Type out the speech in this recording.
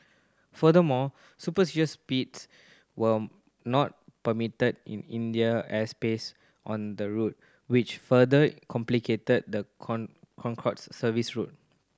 furthermore supersonic speeds were not permitted in Indian airspace on the route which further complicated the Concorde service's route